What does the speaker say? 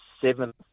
seventh